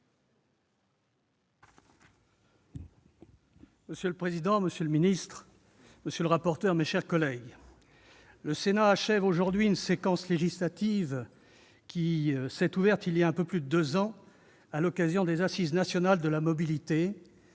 Monsieur le président, monsieur le secrétaire d'État, mes chers collègues, le Sénat achève aujourd'hui une séquence législative qui s'est ouverte il y a un peu plus de deux ans à l'occasion des Assises nationales de la mobilité.